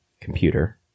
computer